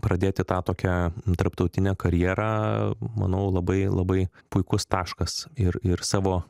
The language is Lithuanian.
pradėti tą tokią tarptautinę karjerą manau labai labai puikus taškas ir ir savo